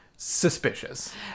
suspicious